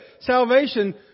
salvation